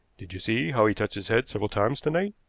did you see how he touched his head several times to-night?